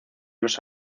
los